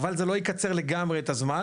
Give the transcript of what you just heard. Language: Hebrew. אבל זה לא יקצר לגמרי את הזמן,